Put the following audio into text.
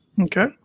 Okay